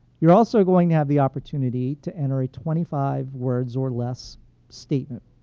you're also going to have the opportunity to enter a twenty five words or less statement.